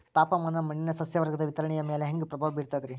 ತಾಪಮಾನ ಮಣ್ಣಿನ ಸಸ್ಯವರ್ಗದ ವಿತರಣೆಯ ಮ್ಯಾಲ ಹ್ಯಾಂಗ ಪ್ರಭಾವ ಬೇರ್ತದ್ರಿ?